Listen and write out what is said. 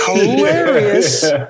hilarious